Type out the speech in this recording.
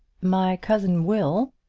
my cousin will,